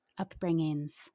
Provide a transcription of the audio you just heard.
Upbringings